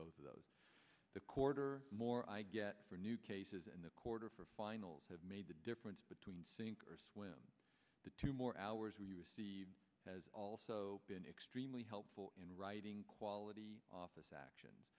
both of those the quarter more i get for new cases in the quarter finals have made the difference between sink or swim the two more hours has also been extremely helpful in writing quality office action